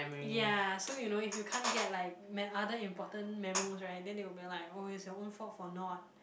ya so you know if you can't get like me~ other important memos right then they will be like oh is your own fault for not